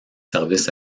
services